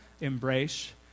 embrace